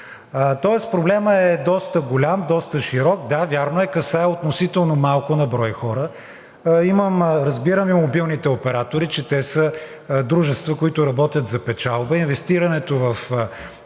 Тоест проблемът е доста голям, доста широк – да, вярно е, касае относително малко на брой хора. Имам разбиране, че мобилните оператори са дружества, които работят за печалба. Инвестирането в